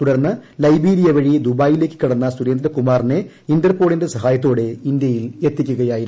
തുടർന്ന് ലൈബീരിയ വഴി ദുബായിലേക്ക് കടന്ന സുരേന്ദ്രകുമാറിനെ ഇന്റർപോളിന്റെ സഹായത്തോടെ ഇന്ത്യയിലെത്തിക്കുകയായിരുന്നു